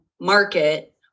market